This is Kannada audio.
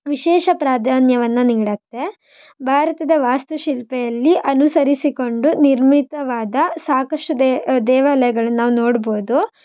ವಿಶೇಷ ಪ್ರಾಧಾನ್ಯವನ್ನು ನೀಡುತ್ತೆ ಭಾರತದ ವಾಸ್ತುಶಿಲ್ಪೆಯಲ್ಲಿ ಅನುಸರಿಸಿಕೊಂಡು ನಿರ್ಮಿತವಾದ ಸಾಕಷ್ಟು ದೇವಾಲಯಗಳು ನಾವು ನೋಡ್ಬೋದು